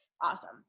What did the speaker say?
Awesome